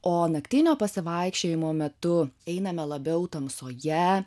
o naktinio pasivaikščiojimo metu einame labiau tamsoje